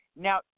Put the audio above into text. Now